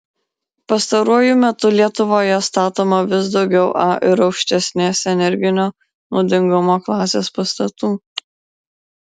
pastaruoju metu lietuvoje statoma vis daugiau a ir aukštesnės energinio naudingumo klasės pastatų